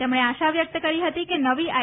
તેમણે આશા વ્યક્ત કરી હતી કે નવી આઇ